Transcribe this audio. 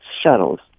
shuttles